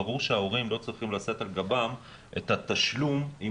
ברור שההורים לא צריכים לשאת על גבם את התשלום אם